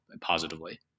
positively